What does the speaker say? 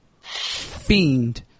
fiend